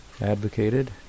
advocated